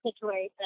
situation